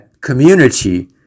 community